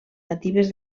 natives